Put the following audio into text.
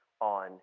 on